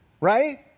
Right